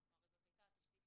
הרי זו הייתה התשתית